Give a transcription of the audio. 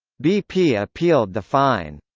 bp appealed the fine.